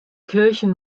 kirchen